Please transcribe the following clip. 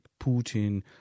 Putin